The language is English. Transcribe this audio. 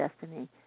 destiny